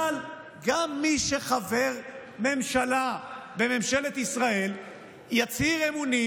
אבל גם מי שחבר ממשלה בממשלת ישראל יצהיר אמונים